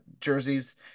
jerseys